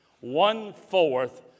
One-fourth